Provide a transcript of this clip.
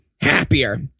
happier